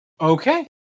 Okay